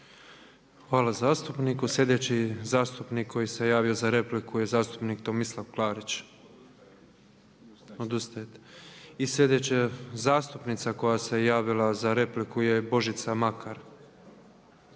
Hvala zastupniku. Sljedeći zastupnik koji se javio za repliku je zastupnik Tomislav Klarić. Odustajete? I sljedeća zastupnica koja se javila za repliku je Božica Makar.